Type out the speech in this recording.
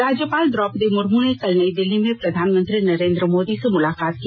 राज्यपाल द्रौपदी मूर्मू ने कल नई दिल्ली में प्रधानमंत्री नरेंद्र मोदी से मुलाकात की